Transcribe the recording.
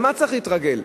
על מה צריך להתרגל?